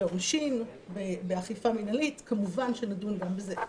בעונשין, באכיפה מינהלית, כמו שנדון גם בזה.